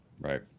Right